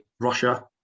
Russia